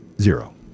zero